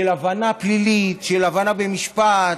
של הבנה פלילית, של הבנה במשפט.